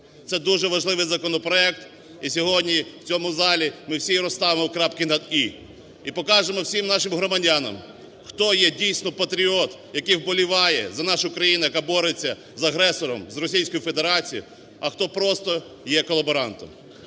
Це дуже важливий законопроект, і сьогодні у цьому залі ми всі розставимо крапки над "і" і покажемо всім нашим громадянам, хто є дійсно патріот, який вболіває за нашу країну, яка бореться з агресором, з Російською Федерацією, а хто просто є колаборантом.